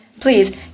Please